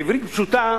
בעברית פשוטה: